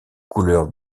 couleurs